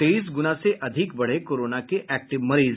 तेईस गुना से अधिक बढ़े कोरोना के एक्टिव मरीज